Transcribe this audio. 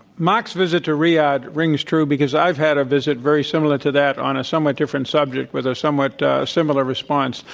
mark's visit to riyadh rings true because i've had a visit very similar to that on a somewhat different subject, with a somewhat similar response.